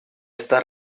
esta